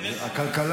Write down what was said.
הכלכלה.